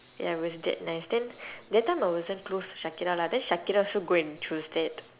ya it was that nice then that time I wasn't close to shakira lah then shakira also go and choose that